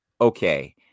okay